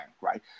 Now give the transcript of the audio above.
right